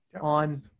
on